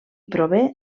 prové